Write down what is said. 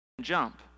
jump